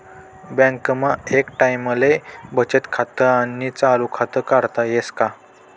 बँकमा एक टाईमले बचत खातं आणि चालू खातं काढता येस का?